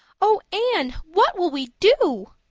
oh, anne, what will we do?